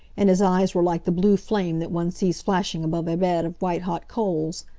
and his eyes were like the blue flame that one sees flashing above a bed of white-hot coals.